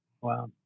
Wow